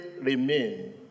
remain